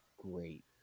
great